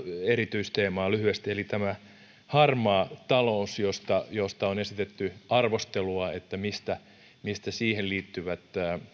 erityisteemaa lyhyesti harmaa talous josta josta on esitetty arvostelua mistä mistä siihen liittyvät